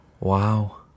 Wow